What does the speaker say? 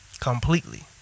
Completely